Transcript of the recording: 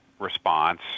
response